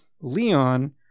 Leon